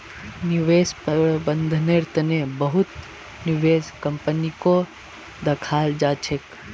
निवेश प्रबन्धनेर तने बहुत निवेश कम्पनीको दखाल जा छेक